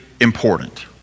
important